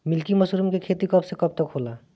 Milky mushroom के खेती कब से कब तक होला?